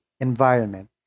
environment